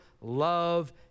love